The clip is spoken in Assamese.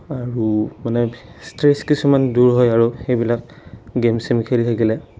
আৰু মানে ষ্ট্ৰেছ কিছুমান দূৰ হয় আৰু সেইবিলাক গেম চেম খেলি থাকিলে